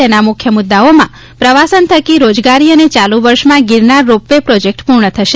તેના મુખ્ય મુદ્દાઓમાં પ્રવાસન થકી રોજગારી અને ચાલુ વર્ષમાં ગિરનાર રોપ વે પ્રોજેક્ટ પૂર્ણ થશે